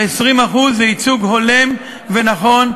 ו-20% זה ייצוג הולם ונכון.